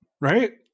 right